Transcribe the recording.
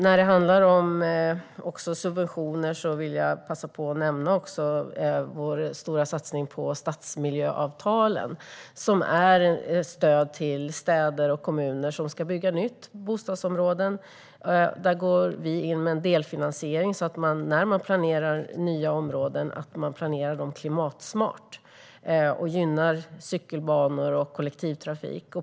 När det handlar om subventioner vill jag passa på att nämna vår stora satsning på stadsmiljöavtalen, som är ett stöd till städer och kommuner som ska bygga nya bostadsområden. Där går vi in med en delfinansiering, så att man vid planering av nya områden planerar klimatsmart och gynnar cykelbanor och kollektivtrafik.